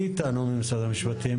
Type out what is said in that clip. אביטל שטרנברג.